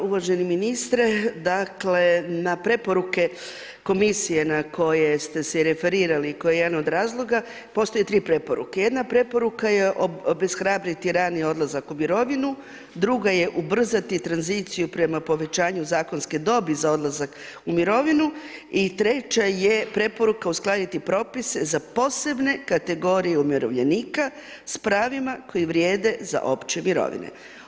Uvaženi ministre, dakle, na preporuke komisije na koje ste se i referirali, koji je jedan od razloge postoje 3 preporuke, jedna preporuka je obeshrabriti rani odlazak u mirovinu, druga je ubrzati tranziciju prema povećanju zakonske dobi za odlazak u mirovinu i treće je preporuka uskladiti propis za posebne kategorije umirovljenika s pravima koje vrijede za opće mirovine.